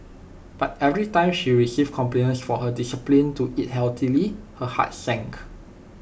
but every time she received compliments for her discipline to eat healthily her heart sank